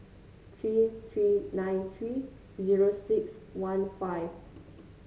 three three nine three zero six one five